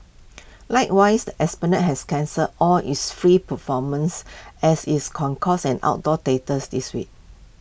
likewise the esplanade has cancelled all its free performances as its concourse and outdoor theatres this week